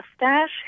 mustache